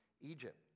Egypt